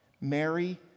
Mary